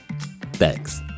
Thanks